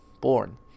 born